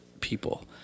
people